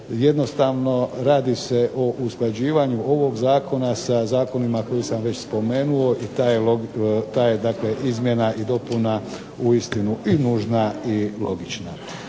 jednostavno radi se o usklađivanju ovog zakona sa zakonima koje sam već spomenuo, i ta je dakle izmjena i dopuna uistinu i nužna i logična.